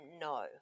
no